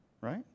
right